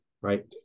right